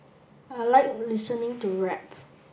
I like listening to rap